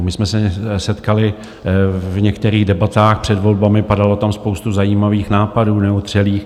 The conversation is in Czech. My jsme se setkali v některých debatách před volbami, padala tam spousta zajímavých nápadů neotřelých.